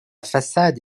façade